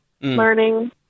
learning